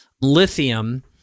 lithium